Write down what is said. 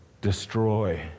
destroy